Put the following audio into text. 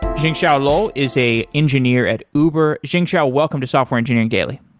zhenxiao luo is a engineer at uber. zhenxiao, welcome to software engineering daily